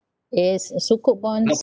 is uh sukuk bonds